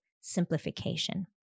simplification